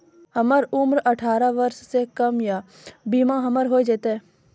हमर उम्र अठारह वर्ष से कम या बीमा हमर हो जायत?